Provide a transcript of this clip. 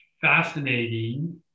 fascinating